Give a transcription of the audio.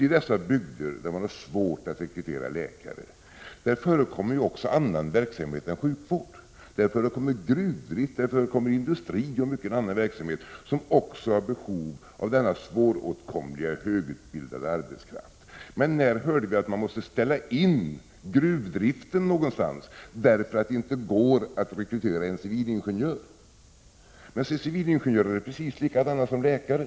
I de bygder där man har svårt att rekrytera läkare förekommer ju också annan verksamhet än sjukvård, t.ex. gruvdrift, industri och annan verksamhet, som har behov av den svåråtkomliga högutbildade arbetskraften. Men när hörde vi att man måste ställa in gruvdriften någonstans därför att det inte går att rekrytera civilingenjörer? Ändå är civilingenjörer precis likadana som läkare.